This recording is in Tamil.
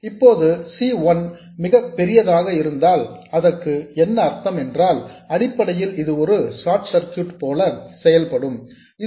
இப்போது C 1 மிகப் பெரியதாக இருந்தால் அதற்கு என்ன அர்த்தம் என்றால் அடிப்படையில் இது ஒரு ஷார்ட் சர்க்யூட் போல செயல்பட வேண்டும்